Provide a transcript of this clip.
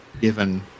given